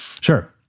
Sure